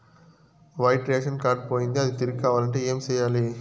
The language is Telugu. వైట్ రేషన్ కార్డు పోయింది అది తిరిగి కావాలంటే ఏం సేయాలి